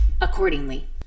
accordingly